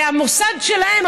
המוסד שלהם,